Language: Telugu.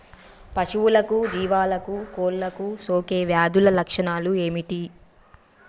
పశువులకు జీవాలకు కోళ్ళకు సోకే వ్యాధుల లక్షణాలు ఏమిటి?